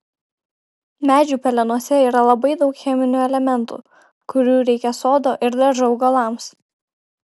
medžių pelenuose yra labai daug cheminių elementų kurių reikia sodo ir daržo augalams